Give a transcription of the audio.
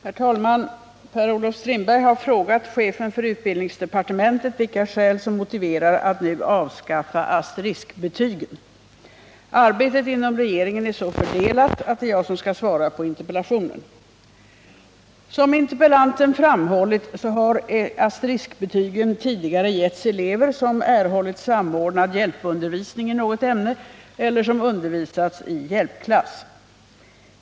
Herr talman! Per-Olof Strindberg har frågat chefen för utbildningsdepartementet vilka skäl som motiverar att nu avskaffa ”asteriskbetygen”. Arbetet inom regeringen är så fördelat att det är jag som skall svara på interpellationen. Som interpellanten framhållit har asteriskbetygen tidigare getts elever som erhållit samordnad hjälpundervisning i något ämne eller som undervisats i hjälpklass.